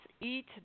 eat